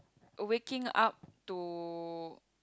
waking up to